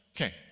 Okay